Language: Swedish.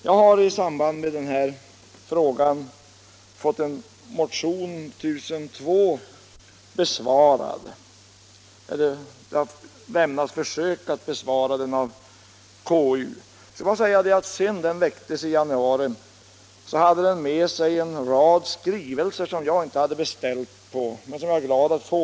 I samband med behandlingen av denna fråga har jag fått min motion 1002 besvarad — eller i varje fall har konstitutionsutskottet gjort ett försök att besvara den. Sedan jag väckte den motionen i januari har jag fått motta en rad skrivelser som jag inte beställt men som jag blivit glad för att få.